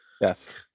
Yes